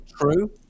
true